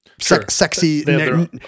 sexy